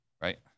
right